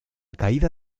caída